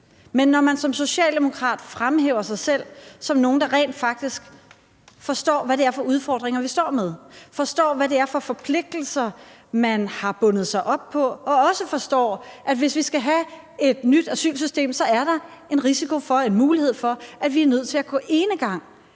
Men når man som Socialdemokratiet fremhæver sig selv som nogle, der rent faktisk forstår, hvad det er for udfordringer, vi står med, og forstår hvad det er for nogle forpligtelser, man har bundet sig op på, og også forstår, at hvis vi skal have et nyt asylsystem, er der en risiko for, en mulighed for, at vi er nødt til at gå enegang,